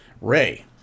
Ray